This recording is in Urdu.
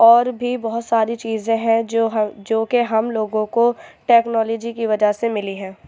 اور بھی بہت ساری چیزیں ہیں جو ہم جو کہ ہم لوگوں کو ٹیکنالوجی کی وجہ سے ملی ہے